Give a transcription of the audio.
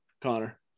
Connor